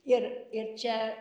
ir ir čia